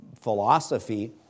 philosophy